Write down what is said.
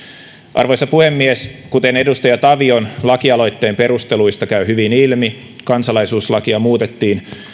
arvoisa puhemies kuten edustaja tavion lakialoitteen perusteluista käy hyvin ilmi kansalaisuuslakia muutettiin